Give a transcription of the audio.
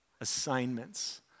assignments